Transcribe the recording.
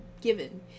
given